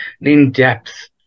in-depth